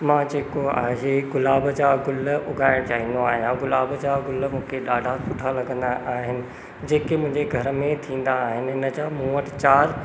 मां जेको आहे गुलाब जा गुल उॻाइण चाहींदो आहियां गुलाब जा गुल मूंखे ॾाढा सुठा लॻंदा आहिनि जेके मुंहिंजे घर में थींदा आहिनि हिनजा मूं वटि चारि